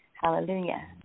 hallelujah